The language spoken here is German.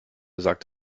sagt